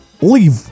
Leave